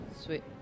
Sweet